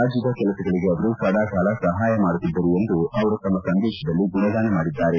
ರಾಜ್ಯದ ಕೆಲಸಗಳಿಗೆ ಅವರು ಸದಾಕಾಲ ಸಹಾಯ ಮಾಡುತ್ತಿದ್ದರು ಎಂದು ಅವರು ತಮ್ಮ ಸಂದೇಶದಲ್ಲಿ ಗುಣಗಾನ ಮಾಡಿದ್ದಾರೆ